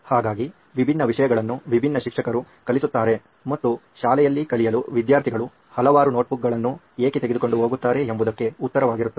ಹಾಗಾಗಿ ವಿಭಿನ್ನ ವಿಷಯಗಳನ್ನು ವಿಭಿನ್ನ ಶಿಕ್ಷಕರು ಕಲಿಸುತ್ತಾರೆ ಮತ್ತು ಶಾಲೆಯಲ್ಲಿ ಕಲಿಯಲು ವಿದ್ಯಾರ್ಥಿಗಳು ಹಲವಾರು ನೋಟ್ಬುಕ್ಗಳನ್ನು ಏಕೆ ತೆಗೆದುಕೊಂಡು ಹೋಗುತ್ತಾರೆ ಎಂಬುದಕ್ಕೆ ಉತ್ತರವಾಗಿರುತ್ತದೆ